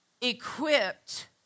equipped